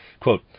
Quote